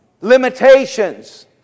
Limitations